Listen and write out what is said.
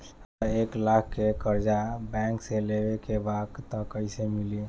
हमरा एक लाख के कर्जा बैंक से लेवे के बा त कईसे मिली?